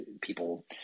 people